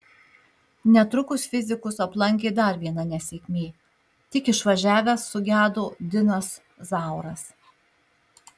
netrukus fizikus aplankė dar viena nesėkmė tik išvažiavęs sugedo dinas zauras